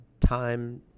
time